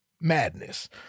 Madness